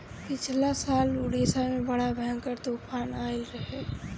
पिछला साल उड़ीसा में बड़ा भयंकर तूफान आईल रहे